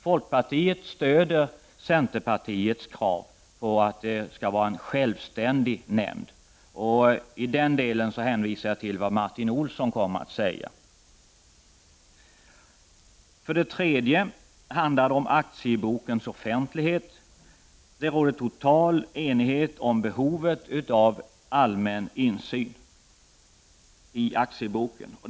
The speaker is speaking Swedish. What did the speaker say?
Folkpartiet stödjer centerpartiets krav på att den skall vara en självständig nämnd. I den delen hänvisar jag till vad Martin Olsson kommer att säga. För det tredje handlar det om aktiebokens offentlighet. Det råder total enighet om behovet av allmän insyn.